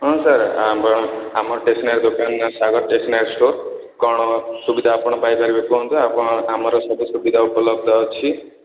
ହଁ ସାର୍ ଆମର ଆମର ଷ୍ଟେସନାରୀ ଦୋକାନ ନା ସାଗର ଷ୍ଟେସନାରୀ ଷ୍ଟୋର୍ କ'ଣ ସୁବିଧା ଆପଣ ପାଇ ପାରିବେ କୁହନ୍ତୁ ଆପଣ ଆମର ସବୁ ସୁବିଧା ଉପଲବ୍ଧ ଅଛି